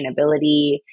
sustainability